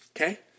Okay